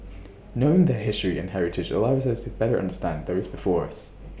knowing their history and heritage allows us to better understand those before us